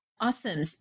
Awesome